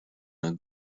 d’un